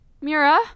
Mira